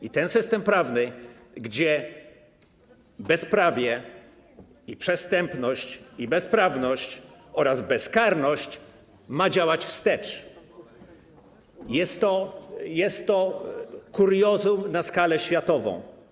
I ten system prawny, gdzie bezprawie i przestępność, i bezprawność oraz bezkarność ma działać wstecz, jest to kuriozum na skalę światową.